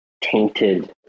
tainted